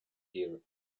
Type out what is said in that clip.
here